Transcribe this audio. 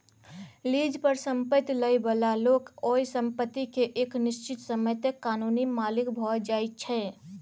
lease पर संपैत लइ बला लोक ओइ संपत्ति केँ एक निश्चित समय तक कानूनी मालिक भए जाइ छै